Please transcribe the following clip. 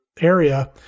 area